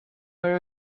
are